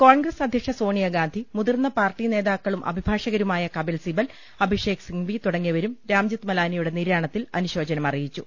കോൺഗ്രസ് അധ്യക്ഷ സോണിയാഗാന്ധി മുതിർന്ന പാർട്ടി നേതാക്കളും അഭിഭാഷകരുമായ കബിൽസിബൽ അഭിഷേക് സിംഗ്വി തുടങ്ങിയവരും രാംജത്ത് മലാനിയുടെ നിര്യാണത്തിൽ അനുശോചനമറി യിച്ചു